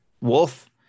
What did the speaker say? wolf